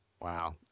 wow